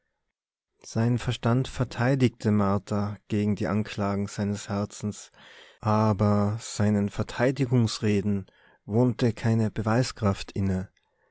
sein verstand verteidigte martha gegen die anklagen seines herzens aber seinen verteidigungsreden wohnte keine beweiskraft inne